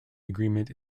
agreement